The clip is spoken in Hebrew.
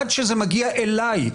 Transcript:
עד שזה מגיע אלי.